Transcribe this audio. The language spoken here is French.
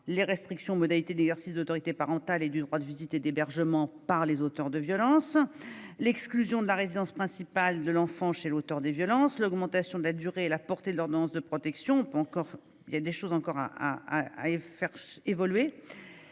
les restrictions aux modalités d'exercice de l'autorité parentale et du droit de visite et d'hébergement de l'auteur des violences ; l'exclusion de la résidence principale de l'enfant chez l'auteur des violences ; l'augmentation de la durée et de la portée de l'ordonnance de protection ; la dissimulation de l'adresse